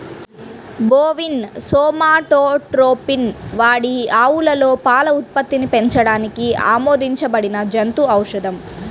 bovine somatotropin పాడి ఆవులలో పాల ఉత్పత్తిని పెంచడానికి ఆమోదించబడిన జంతు ఔషధం